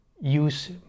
use